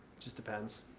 just depends.